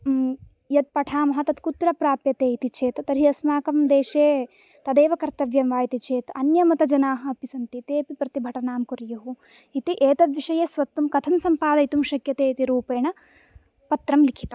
यद् पठामः तत् कुत्र प्राप्यते इति चेत् तर्हि अस्माकं देशे तदेव कर्तव्यं वा इति चेत् अन्यमतजनाः अपि सन्ति ते प्रतिभटनां कुर्युः इति एतद्विषये स्वत्वं कथं सम्पादयितुं शक्यते इति रूपेण पत्रं लिखितम्